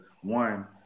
one